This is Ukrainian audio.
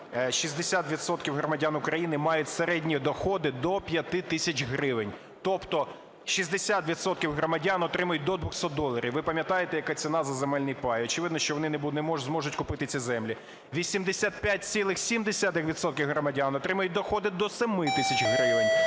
громадян України мають середні доходи до 5 тисяч гривень, тобто 60 відсотків громадян отримують до 200 доларів. Ви пам'ятаєте, яка ціна за земельний пай? Очевидно, що вони не зможуть купити ці землі. 85,7 відсотків громадян отримують доходи до 7 тисяч гривень,